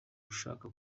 ushaka